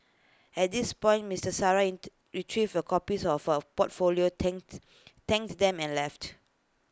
at this point Missus Sarah retrieved her copies of her portfolio thanked thanked them and left